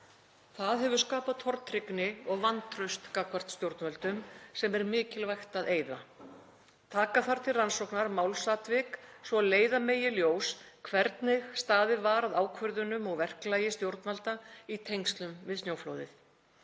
Það hefur skapað tortryggni og vantraust gagnvart stjórnvöldum sem er mikilvægt að eyða. Taka þarf til rannsóknar málsatvik svo að leiða megi í ljós hvernig staðið var að ákvörðunum og verklagi stjórnvalda í tengslum við snjóflóðið.